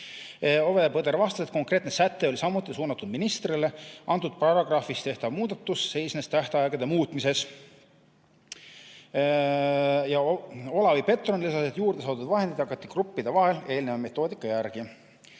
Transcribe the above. Ove Põder vastas, et konkreetne säte oli samuti suunatud ministrile. Selles paragrahvis tehtav muudatus seisnes tähtaegade muutmises. Ja Olavi Petron lisas, et juurde saadud vahendid jagati gruppide vahel varasema metoodika järgi.